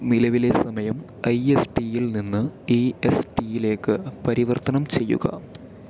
നിലവിലെ സമയം I S ടിയിൽ നിന്ന് ഇ എസ് ടിയിലേക്ക് പരിവർത്തനം ചെയ്യുക